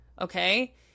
okay